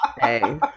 hey